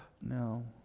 No